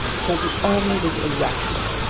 because the army was irrational.